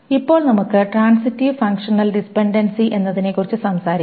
ഇപ്പോൾ നമുക്ക് transitive functional dependency എന്നതിനെക്കുറിച്ച് സംസാരിക്കാം